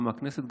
גם מהכנסת,